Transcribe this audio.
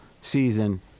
season